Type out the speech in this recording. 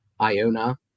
Iona